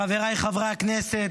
חבריי חברי הכנסת,